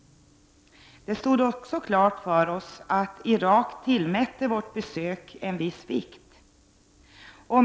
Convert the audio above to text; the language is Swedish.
Det stod också klart för oss att Irak tillmätte vårt besök en viss vikt.